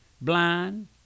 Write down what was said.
blind